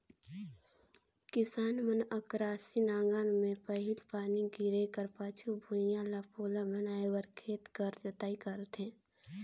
किसान मन अकरासी नांगर मे पहिल पानी गिरे कर पाछू भुईया ल पोला बनाए बर खेत कर जोताई करथे